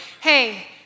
Hey